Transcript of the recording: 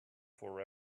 for